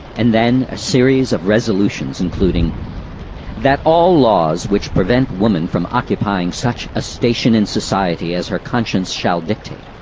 and then a series of resolutions, including that all laws which prevent woman from occupying such a station in society as her conscience shall dictate,